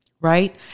Right